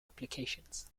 applications